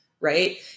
right